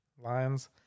Lions